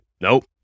Nope